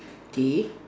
okay